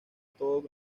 todo